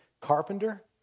carpenter